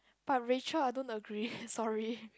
but Racheal I don't agree sorry